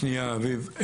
שנייה, אביב.